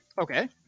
Okay